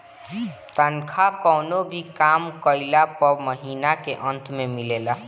तनखा कवनो भी काम कइला पअ महिना के अंत में मिलेला